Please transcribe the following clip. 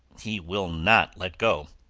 he will not let go.